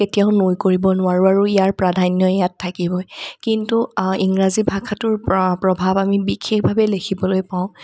কেতিয়াও নুই কৰিব নোৱাৰোঁ আৰু ইয়াৰ প্ৰাধান্যই ইয়াত থাকিবই কিন্তু ইংৰাজী ভাষাটোৰ প্ৰভাৱ আমি বিশেষভাৱে দেখিবলৈ পাওঁ